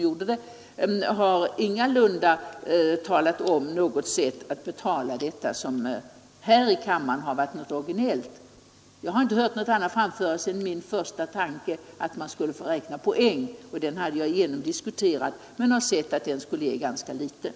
Moderaterna har ju inte föreslagit något sätt att betala detta, som här i kammaren har varit originellt. Jag har inte hört något annat framföras än min första tanke att man skulle få räkna poäng, och den har jag diskuterat igenom. Men jag har funnit att den skulle ge ganska litet.